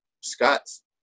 Scott's